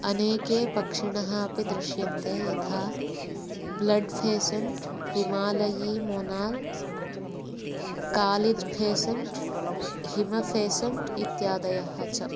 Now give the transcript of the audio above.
अनेके पक्षिणः अपि दृश्यन्ते यथा ब्लड् फ़ेसेण्ट् हिमालयी मोनाल् कालिज् फेसेण्ट् हिम फ़ेसेण्ट् इत्यादयः च